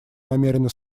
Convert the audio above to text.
намерены